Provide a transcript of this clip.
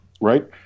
right